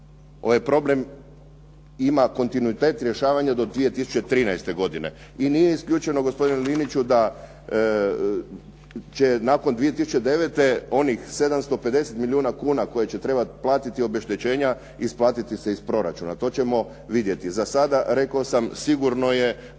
Ovaj problem ima kontinuitet rješavanja do 2013. godine i nije isključeno gospodine Liniću da će nakon 2009. onih 750 milijuna kuna koje će trebati platiti obeštećenja isplatiti se iz proračuna. To ćemo vidjeti. Za sada sam rekao sam sigurno je